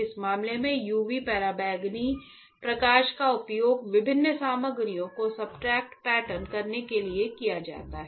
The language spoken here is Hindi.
इस मामले में UV पराबैंगनी प्रकाश का उपयोग विभिन्न सामग्रियों को सब्सट्रेट पैटर्न करने के लिए किया जाता है